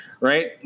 right